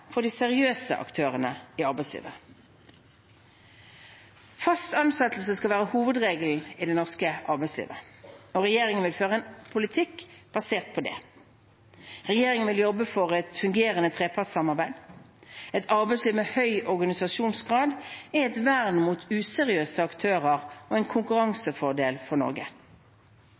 for de seriøse aktørene i arbeidslivet. Fast ansettelse skal være hovedregelen i det norske arbeidslivet, og regjeringen vil føre en politikk basert på det. Regjeringen vil jobbe for et fungerende trepartssamarbeid. Et arbeidsliv med høy organisasjonsgrad er et vern mot useriøse aktører og en konkurransefordel for Norge.